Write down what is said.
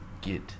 get